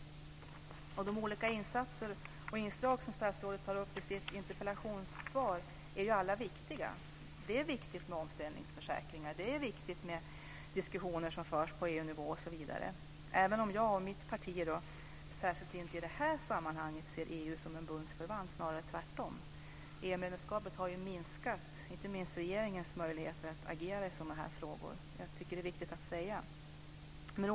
De olika insatser och inslag som statsrådet tar upp i sitt interpellationssvar är alla viktiga. Det är viktigt med omställningsförsäkringar, diskussioner som förs på EU-nivå osv., även om jag och mitt parti särskilt inte i det här sammanhanget ser EU som en bundsförvant. Det är snarare tvärtom. EU-medlemskapet har minskat inte minst regeringens möjlighet att agera i sådana frågor. Det är viktigt att säga det.